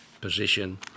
position